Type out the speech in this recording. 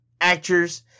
actors